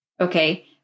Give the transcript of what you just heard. Okay